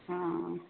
हम्म